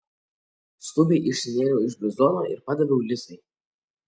skubiai išsinėriau iš bluzono ir padaviau lisai